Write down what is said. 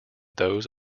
those